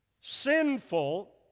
sinful